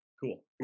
cool